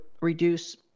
reduce